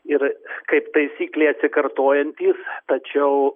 ir kaip taisyklė atsikartojantys tačiau